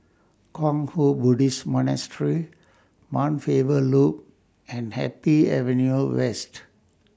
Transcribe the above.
Kwang Hua Buddhist Monastery Mount Faber Loop and Happy Avenue West